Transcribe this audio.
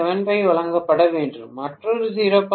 75 வழங்கப்பட வேண்டும் மற்றொரு 0